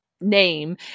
name